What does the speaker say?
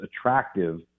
attractive